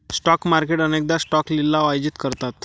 stock market अनेकदा stock लिलाव आयोजित करतात